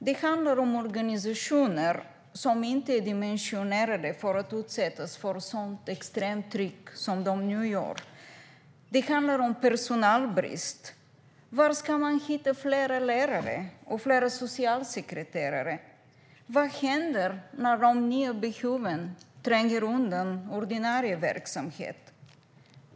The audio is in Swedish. Det handlar om organisationer som inte är dimensionerade för att utsättas för ett sådant extremt tryck som de nu utsätts för. Det handlar om personalbrist. Var ska man hitta fler lärare och fler socialsekreterare? Vad händer när de nya behoven tränger undan ordinarie verksamhet?